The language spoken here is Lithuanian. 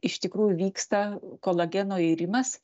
iš tikrųjų vyksta kolageno irimas